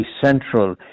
central